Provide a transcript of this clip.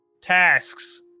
tasks